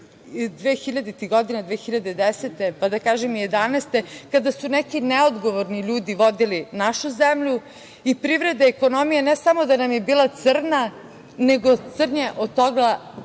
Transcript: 2010. godine, pa da kažem i 2011. godine, kada su neki neodgovorni ljudi vodili našu zemlju i privreda i ekonomija ne samo da nam je bila crna, nego crnje od toga